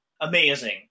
amazing